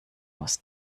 muss